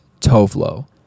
Tovlo